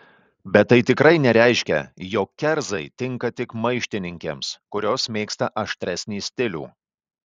bet tai tikrai nereiškia jog kerzai tinka tik maištininkėms kurios mėgsta aštresnį stilių